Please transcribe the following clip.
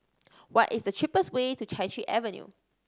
what is the cheapest way to Chai Chee Avenue